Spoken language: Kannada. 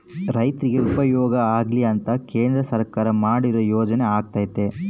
ರೈರ್ತಿಗೆ ಉಪಯೋಗ ಆಗ್ಲಿ ಅಂತ ಕೇಂದ್ರ ಸರ್ಕಾರ ಮಾಡಿರೊ ಯೋಜನೆ ಅಗ್ಯತೆ